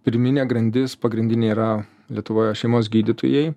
pirminė grandis pagrindinė yra lietuvoje šeimos gydytojai